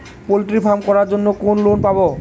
Poultry farm করার জন্য কোন লোন পাব?